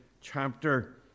chapter